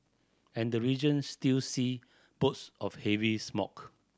and the region still see bouts of heavy smoke